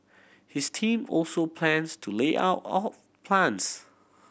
his team also plans the layout of plants